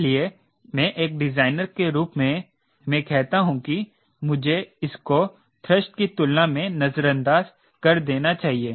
इसलिए मैं एक डिजाइनर के रूप में मैं कहता हूं कि मुझे इसको थ्रस्ट की तुलना में नजरअंदाज कर देना चाहिए